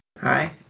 Hi